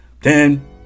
Ten